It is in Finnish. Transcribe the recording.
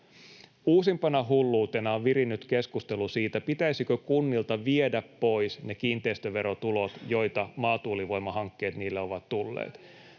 Uusimpana hulluutena on virinnyt keskustelu siitä, pitäisikö kunnilta viedä pois ne kiinteistöverotulot, joita maatuulivoimahankkeet niille ovat tuoneet.